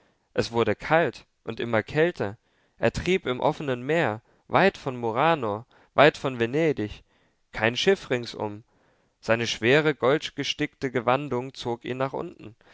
es wurde kalt und immer kälter er trieb im offenen meer weit von murano weit von venedig kein schiff ringsum seine schwere goldgestickte gewandung zog ihn nach unten